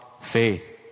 faith